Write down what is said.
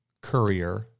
courier